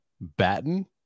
Batten